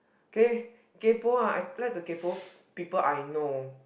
K kaypo ah I like to kaypo people I know